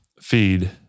feed